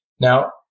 Now